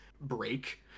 break